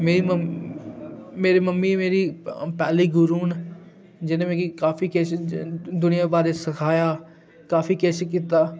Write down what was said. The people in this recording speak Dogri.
मेरी मम्मी मेरी मम्मी मेरी प पैह्ली गुरू न जिन्नै मिगी काफी किश दुनिया बारै सखाया काफी किश कीता